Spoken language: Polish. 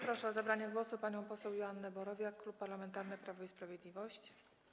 Proszę o zabranie głosu panią poseł Joannę Borowiak, Klub Parlamentarny Prawo i Sprawiedliwość.